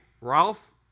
Ralph